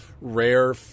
rare